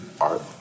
art